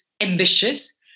ambitious